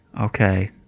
Okay